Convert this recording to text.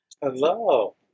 Hello